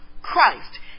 Christ